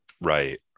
Right